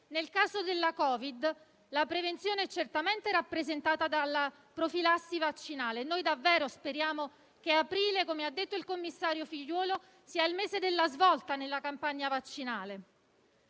Nel caso del Covid la prevenzione è certamente rappresentata dalla profilassi vaccinale. Noi davvero speriamo che aprile, come ha detto il commissario Figliuolo, sia il mese della svolta nella campagna vaccinale,